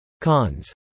Cons